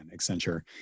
Accenture